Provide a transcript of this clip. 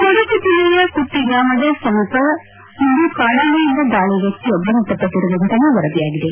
ಕೊಡಲು ಜಿಲ್ಲೆಯ ಕುಟ್ಟಾ ಗರಾಮದ ಸಮೀಪ ಇಂದು ಕಾಡಾನೆ ದಾಳಿಯಿಂದ ವ್ಯಕ್ತಿಯೊಬ್ಬ ಮೃತಪಟ್ಟಿರುವ ಘಟನೆ ವರದಿಯಾಗಿದೆ